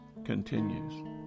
continues